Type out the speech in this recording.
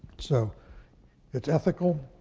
so it's ethical.